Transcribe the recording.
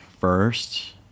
first